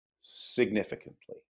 significantly